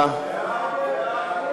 ציפי לבני,